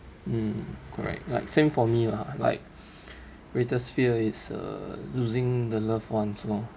mm correct like same for me lah like greatest fear is uh losing the loved ones lor